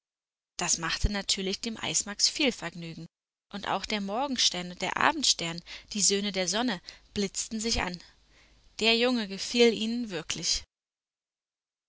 das machte natürlich dem eismax viel vergnügen und auch der morgenstern und der abendstern die söhne der sonne blitzten sich an der junge gefiel ihnen wirklich